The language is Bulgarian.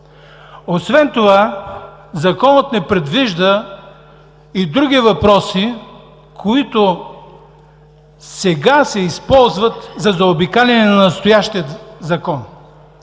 Освен това Законът не предвижда и други въпроси, които сега се използват за заобикаляне на настоящия Закон.